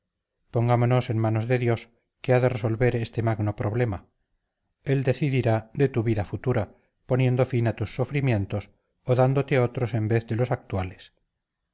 pongámonos en manos de dios que ha de resolver este magno problema él decidirá de tu vida futura poniendo fin a tus sufrimientos o dándote otros en vez de los actuales